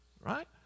right